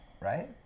right